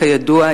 כידוע,